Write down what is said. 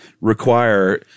require